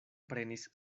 prenis